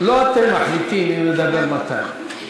לא אתם מחליטים מי מדבר מתי.